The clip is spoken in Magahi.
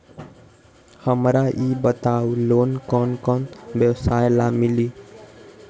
हमरा ई बताऊ लोन कौन कौन व्यवसाय ला मिली?